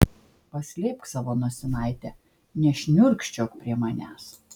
paslėpk savo nosinaitę nešniurkščiok prie manęs